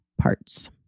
parts